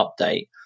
update